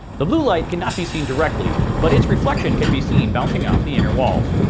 the blue light cannot be seen directly, but its reflection can be seen bouncing off the inner walls.